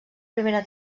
primera